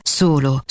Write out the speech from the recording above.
solo